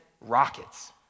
rockets